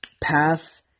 path